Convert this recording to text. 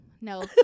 no